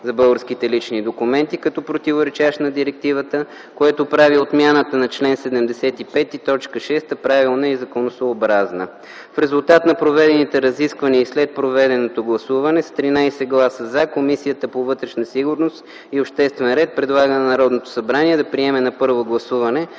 за българските лични документи, като противоречащ на директивата, което прави отмяната на чл. 75, т. 6 правилна и законосъобразна. В резултат на проведените разисквания и след проведеното гласуване с 13 гласа „за” Комисията по вътрешна сигурност и обществен ред предлага на Народното събрание да приеме на първо гласуване